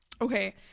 okay